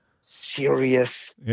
serious